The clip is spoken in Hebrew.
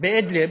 באדלב